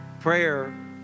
Prayer